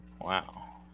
Wow